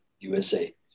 usa